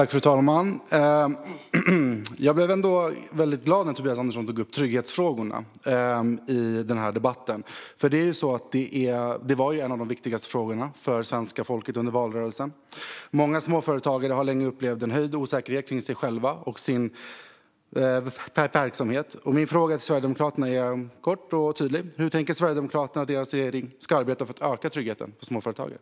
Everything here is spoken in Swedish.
Fru talman! Jag blev glad när Tobias Andersson tog upp trygghetsfrågorna i debatten, för det var en av de viktigaste frågorna i för svenska folket under valrörelsen. Många småföretagare har länge upplevt en höjd osäkerhet för sig själva och sin verksamhet. Min fråga till Sverigedemokraterna är kort och tydlig: Hur tänker Sverigedemokraterna och regeringen arbeta för att öka tryggheten för småföretagare?